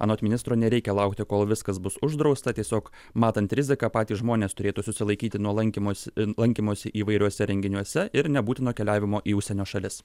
anot ministro nereikia laukti kol viskas bus uždrausta tiesiog matant riziką patys žmonės turėtų susilaikyti nuo lankymosi lankymosi įvairiuose renginiuose ir nebūtino keliavimo į užsienio šalis